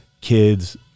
kids